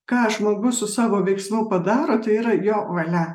ką žmogus su savo veiksmu padaro tai yra jo valia